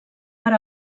per